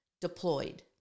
deployed